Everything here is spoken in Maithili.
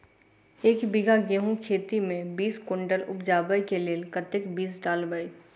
एक बीघा गेंहूँ खेती मे बीस कुनटल उपजाबै केँ लेल कतेक बीज डालबै?